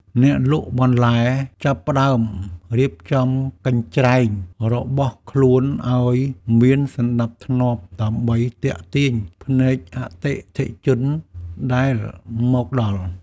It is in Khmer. អ្នកលក់បន្លែចាប់ផ្ដើមរៀបចំកញ្ច្រែងរបស់ខ្លួនឱ្យមានសណ្ដាប់ធ្នាប់ដើម្បីទាក់ទាញភ្នែកអតិថិជនដែលមកដល់។